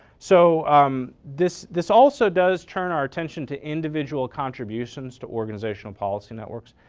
so um this this also does turn our attention to individual contributions to organizational policy networks.